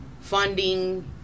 funding